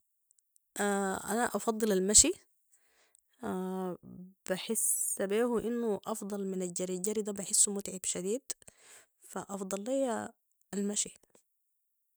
انا افضل المشي بحس بيهو انو افضل من الجري الجري ده بحسه متعب شديد فافضل لي المشي